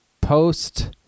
post